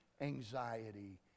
anxiety